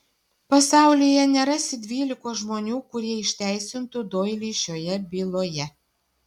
pasaulyje nerasi dvylikos žmonių kurie išteisintų doilį šioje byloje